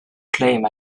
claim